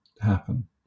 happen